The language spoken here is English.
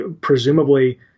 Presumably